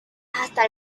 hasta